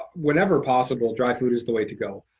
whenever possible, dry food is the way to go.